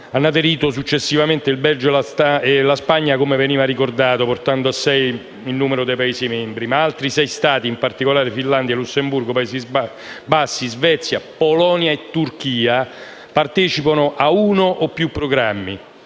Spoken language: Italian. hanno aderito successivamente il Belgio e la Spagna, come veniva ricordato, portando a sei il numero dei Paesi membri, ma altri sei Stati, in particolare Finlandia, Lussemburgo, Paesi Bassi, Svezia, Polonia e Turchia, partecipano a uno o più programmi.